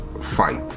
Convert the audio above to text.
fight